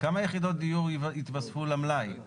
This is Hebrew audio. כמה יחידות דיור יתווספו למלאי?